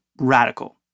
radical